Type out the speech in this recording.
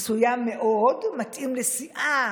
מסוים מאוד, מתאים לסיעה